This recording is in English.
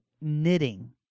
knitting